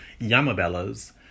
Yamabellas